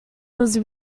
was